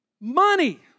Money